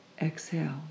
Exhale